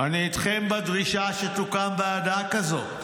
אני איתכם בדרישה שתוקם ועדה כזאת.